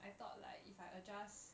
I thought like if I adjust